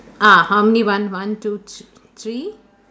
ah how many one one two thr~ three